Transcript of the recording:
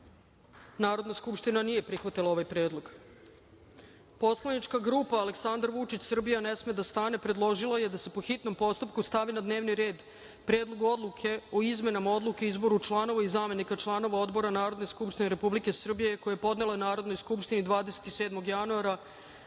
skupština je prihvatila ovaj predlog. Poslanička grupa Dragan Marković Palma – Jedinstvena Srbija predložila je da se, po hitnom postupku, stavi na dnevni red Predlog odluke o izmenama Odluke o izboru članova i zamenika članova Odbora Narodne skupštine Republike Srbije, koji je podnela Narodnoj skupštini 27. februara